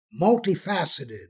multifaceted